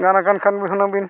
ᱜᱟᱱ ᱟᱠᱟᱱ ᱠᱷᱟᱱ ᱮᱱᱠᱷᱟᱱ ᱟᱵᱤᱱ